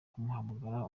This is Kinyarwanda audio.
guhamagara